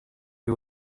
who